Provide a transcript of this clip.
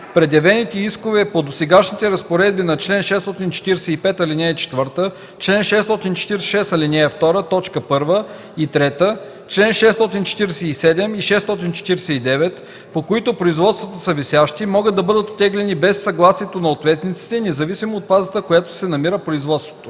предявените искове по досегашните разпоредби на чл. 645, ал. 4, чл. 646, ал. 2, т. 1 и 3, чл. 647 и 649, по които производствата са висящи, могат да бъдат оттеглени без съгласието на ответниците, независимо от фазата, в която се намира производството.”